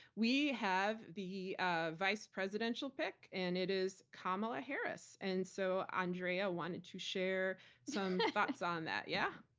we have the ah vice presidential pick and it is kamala harris. and so, andrea wanted to share some thoughts on that, yeah?